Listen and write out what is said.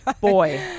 boy